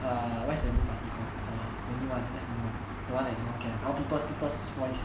err what's the new party called err the new one what's the new the one that no one cares orh people's people's voice